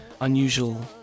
unusual